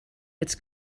its